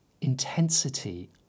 intensity